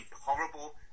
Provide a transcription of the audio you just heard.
horrible